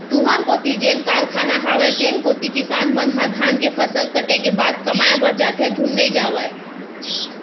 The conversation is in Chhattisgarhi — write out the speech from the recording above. तुँहर कोती जेन कारखाना हवय तेन कोती किसान मन ह धान के फसल कटे के बाद कमाए बर जाथे धुन नइ जावय?